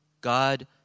God